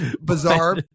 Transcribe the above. Bizarre